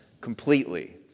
completely